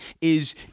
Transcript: is-